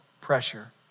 pressure